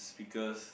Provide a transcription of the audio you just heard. speakers